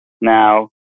now